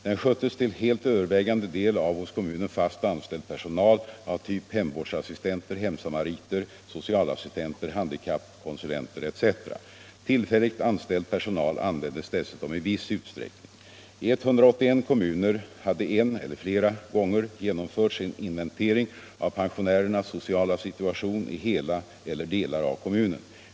Den sköttes till helt övervägande del av hos kommunen fast anställd 19 personal av typ hemvårdsassistenter, hemsamariter, socialassistenter, handikappkonsulenter etc. Tillfälligt anställd personal användes dessutom i viss utsträckning. I 181 kommuner hade en eller flera gånger genomförts en inventering av pensionärernas sociala situation i hela eller delar av kommunen.